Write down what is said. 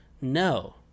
No